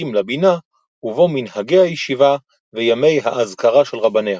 עתים לבינה ובו מנהגי הישיבה וימי האזכרה של רבניה.